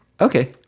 Okay